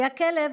כי הכלב,